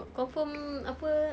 confirm apa